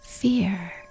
fear